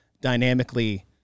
dynamically